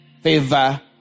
favor